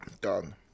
Done